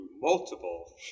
multiple